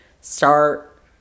start